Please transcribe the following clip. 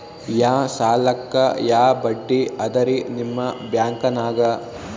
ಯಾ ಸಾಲಕ್ಕ ಯಾ ಬಡ್ಡಿ ಅದರಿ ನಿಮ್ಮ ಬ್ಯಾಂಕನಾಗ?